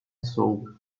soul